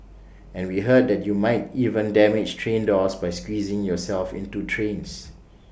and we heard that you might even damage train doors by squeezing yourself into trains